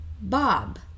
Bob